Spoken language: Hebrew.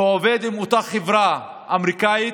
שעובד עם אותה חברה אמריקאית,